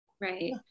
right